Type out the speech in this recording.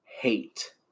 hate